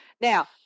Now